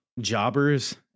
jobbers